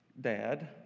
dad